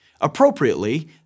Appropriately